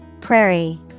Prairie